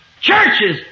Churches